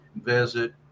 visit